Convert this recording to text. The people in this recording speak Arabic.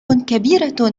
كبيرة